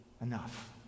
enough